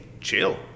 chill